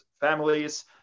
families